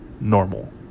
normal